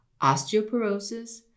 osteoporosis